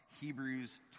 Hebrews